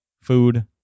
food